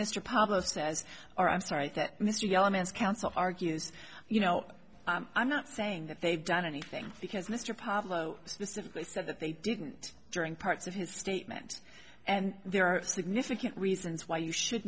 mr pablo says or i'm sorry that mr the elements counsel argues you know i'm not saying that they've done anything because mr pablo specifically said that they didn't during parts of his statement and there are significant reasons why you should